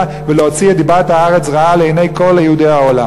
ולהוציא את דיבת הארץ רעה לעיני כל יהודי העולם.